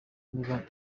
niba